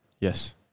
Yes